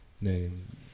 name